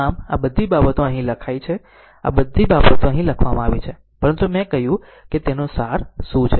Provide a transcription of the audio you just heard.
આમ આ બધી બાબતો અહીં લખાઈ છે આ બધી બાબતો અહીં લખવામાં આવી છે પરંતુ મેં કહ્યું છે કે તેનો સાર શું છે